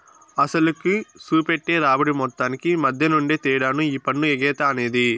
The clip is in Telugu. అసలుకి, సూపెట్టే రాబడి మొత్తానికి మద్దెనుండే తేడానే ఈ పన్ను ఎగేత అనేది